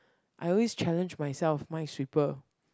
I always challenge myself Minesweeper